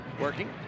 Working